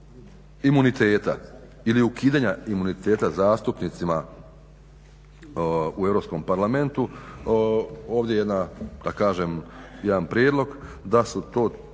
imuniteta ili ukidanja imuniteta zastupnicima u Europskom parlamentu. Ovdje je da kažem jedan prijedlog da su to